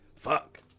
Fuck